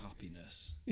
happiness